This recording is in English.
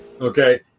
Okay